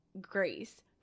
grace